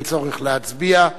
אין צורך להצביע.